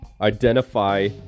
identify